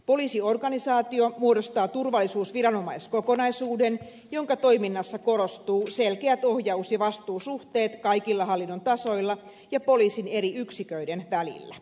poliisiorganisaatio muodostaa turvallisuusviranomaiskokonaisuuden jonka toiminnassa korostuvat selkeät ohjaus ja vastuusuhteet kaikilla hallinnon tasoilla ja poliisin eri yksiköiden välillä